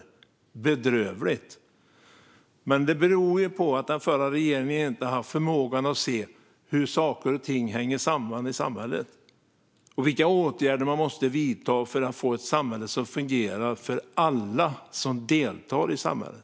Det är bedrövligt. Detta beror på att den förra regeringen inte hade förmågan att se hur saker och ting hänger samman i samhället och vilka åtgärder man måste vidta för att få ett samhälle som fungerar för alla som deltar i det.